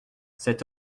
cet